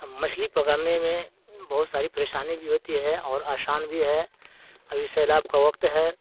مچھلی پکڑنے میں بہت ساری پریشانی بھی ہوتی ہے اور آسان بھی ہے ابھی سیلاب کا وقت ہے